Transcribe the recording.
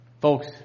Folks